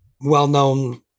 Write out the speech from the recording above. well-known